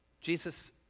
Jesus